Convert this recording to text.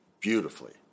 beautifully